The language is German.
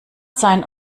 sein